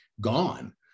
gone